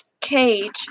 cage